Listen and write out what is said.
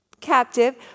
captive